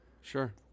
sure